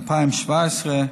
ב-2017,